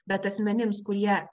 bet asmenims kurie